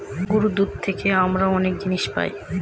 গরুর দুধ থেকে আমরা অনেক জিনিস পায়